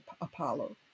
Apollo